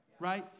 right